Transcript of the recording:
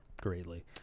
greatly